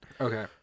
Okay